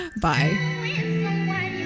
Bye